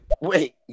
wait